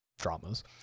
dramas